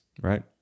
right